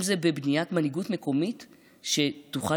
אם זה בבניית מנהיגות מקומית שתוכל